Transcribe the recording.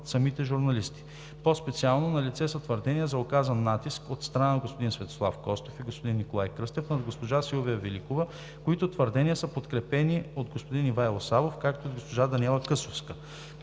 над самите журналисти. По-специално налице са твърдения за оказан натиск от страна на господин Светослав Костов и на господин Николай Кръстев над госпожа Силвия Великова, които твърдения са подкрепени от господин Ивайло Савов, както и от госпожа Даниела Късовска.